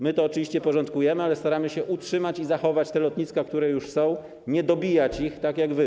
My to oczywiście porządkujemy, ale staramy się utrzymać i zachować te lotniska, które już są, nie dobijać ich tak jak wy.